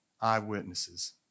eyewitnesses